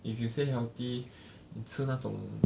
if you say healthy 你吃那种